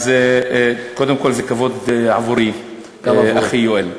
אז קודם כול זה כבוד עבורי, אחי יואל.